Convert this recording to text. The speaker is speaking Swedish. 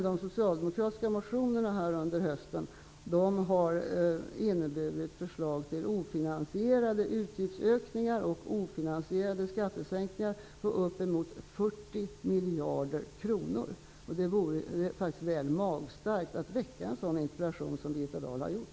De socialdemokratiska motionerna under hösten har inneburit förslag till ofinansierade utgiftsökningar och ofinansierade skattesänkningar på uppemot 40 miljarder kronor. Det är faktiskt väl magstark att väcka en sådan interpellation som Birgitta Dahl har gjort.